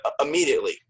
Immediately